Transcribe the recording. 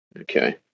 Okay